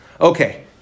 Okay